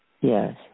Yes